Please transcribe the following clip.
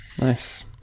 Nice